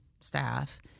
staff